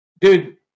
Dude